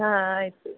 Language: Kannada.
ಹಾಂ ಆಯಿತು